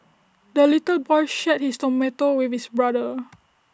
the little boy shared his tomato with his brother